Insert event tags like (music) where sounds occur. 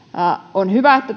on hyvä että (unintelligible)